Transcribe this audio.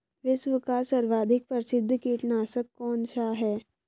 विश्व का सर्वाधिक प्रसिद्ध कीटनाशक कौन सा है?